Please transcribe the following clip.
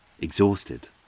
exhausted